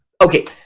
okay